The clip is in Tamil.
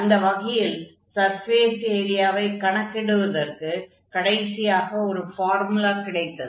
அந்த வகையில் சர்ஃபேஸ் ஏரியாவைக் கணக்கிடுவதற்கு கடைசியாக ஒரு ஃபார்முலா கிடைத்தது